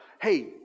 hey